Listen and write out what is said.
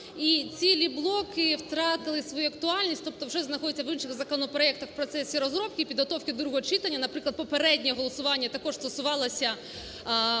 цілі блоки втратили свою актуальність, тобто вже знаходяться в інших законопроектах в процесі розробки і підготовки до другого читання, наприклад, попереднє голосування також стосувалося